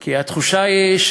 כי התחושה היא,